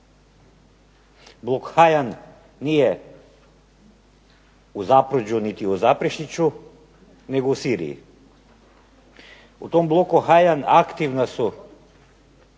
Blok HAYAN nije u Zapruđu niti u Zaprešiću nego u Siriji. U tom bloku HAYAN aktivne su